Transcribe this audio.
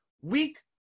weak